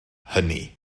hynny